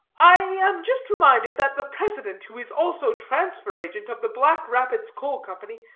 i am just reminded that the president, who is also transfer-agent, of the black rapids coal company,